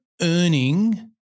earning